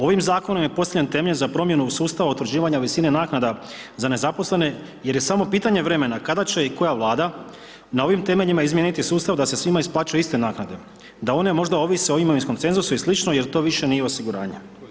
Ovim zakonom je postavljen temelje za promjenu sustava utvrđivanja visine naknada za nezaposlene jer je samo pitanje vremena kada će i koja Vlada na ovim temeljima izmijeniti sustav da se svima isplaćuju iste naknade, da one možda ovise o imovinskom cenzusu i slično jer to više nije osiguranje.